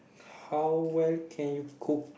how well can you cook